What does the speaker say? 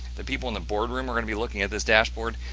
the people in the boardroom are going to be looking at this dashboard.